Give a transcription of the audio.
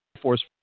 force